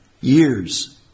years